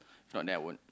not that I won't